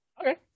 Okay